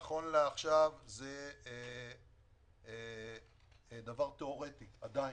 נכון לעכשיו זה דבר תיאורטי עדיין.